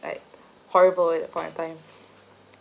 like horrible at that point of time